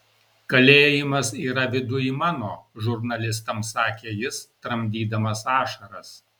kalėjimas yra viduj mano žurnalistams sakė jis tramdydamas ašaras